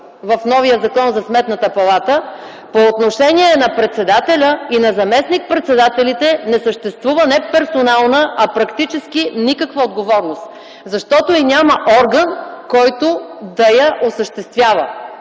в новия Закон за Сметната палата, по отношение на председателя и на заместник-председателите не съществува не персонална, а практически никаква отговорност, защото и няма орган, който да осъществява